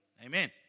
Amen